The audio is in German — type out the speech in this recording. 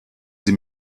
sie